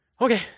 Okay